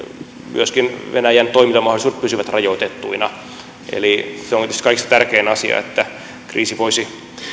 myöskin venäjän toimintamahdollisuudet pysyvät rajoitettuina se on tietysti kaikista tärkein asia että kriisi voisi